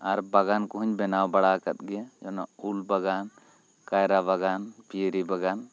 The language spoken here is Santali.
ᱟᱨ ᱵᱟᱜᱟᱱ ᱠᱚᱦᱚᱧ ᱵᱮᱱᱟᱜ ᱵᱟᱲᱟ ᱟᱠᱟᱫ ᱜᱮᱭᱟ ᱩᱞ ᱵᱟᱜᱟᱱ ᱠᱟᱭᱨᱟ ᱵᱟᱜᱟᱱ ᱯᱤᱭᱟᱹᱨᱤ ᱵᱟᱜᱟᱱ